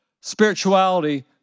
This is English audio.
spirituality